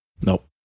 Nope